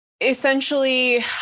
essentially